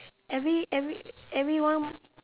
every every everyone